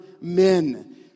men